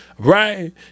Right